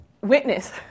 witness